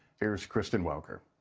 here's kristen welker.